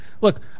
look